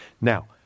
Now